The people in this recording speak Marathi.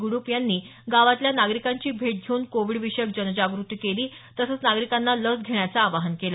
गुडुप्प यांनी गावातल्या नागरिकांची भेट घेऊन कोविड विषयक जनजागृती केली तसंच नागरीकांना लस घेण्याचं आवाहन केल